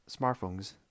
smartphones